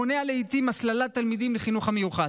המונע לעיתים הסללת תלמידים לחינוך המיוחד.